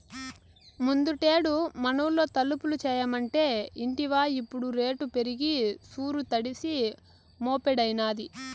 ముందుటేడు మనూళ్లో తలుపులు చేయమంటే ఇంటివా ఇప్పుడు రేటు పెరిగి సూరు తడిసి మోపెడైనాది